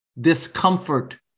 discomfort